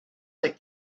that